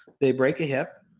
they break a hip.